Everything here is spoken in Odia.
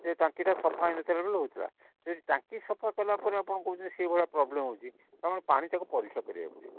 ସେ ଟାଙ୍କିଟା ସଫା ହେଇନଥିଲା ବୋଲି ରହୁଥିଲା ଯଦି ଟାଙ୍କି ସଫା କଲାପରେ ଆପଣ କହୁଛନ୍ତି ସେହିଭଳିଆ ପ୍ରବ୍ଲେମ୍ ହେଉଛି ତା'ମାନେ ପାଣିଟାକୁ ପରୀକ୍ଷା କରିବାକୁ ପଡ଼ିବ